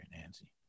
Nancy